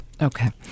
Okay